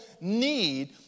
need